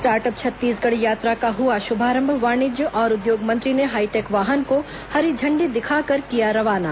start up Chhattisgarh यात्रा का हुआ शुभारंभ वाणिज्य और उद्योग मंत्री ने हाईटेक वाहन को हरी झंडी दिखाकर किया रवाना